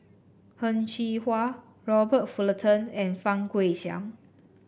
Heng Cheng Hwa Robert Fullerton and Fang Guixiang